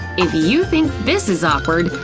if you think this is awkward,